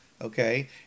Okay